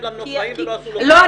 כי הוא לא שילם למנופאים --- לא,